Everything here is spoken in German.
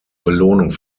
belohnung